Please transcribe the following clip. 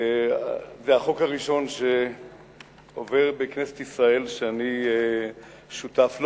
זה החוק הראשון שעובר בכנסת ישראל שאני שותף לו,